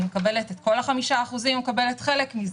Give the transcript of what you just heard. אני מקבלת את כל ה-5% או מקבלת חלק מזה?